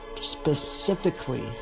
Specifically